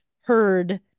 heard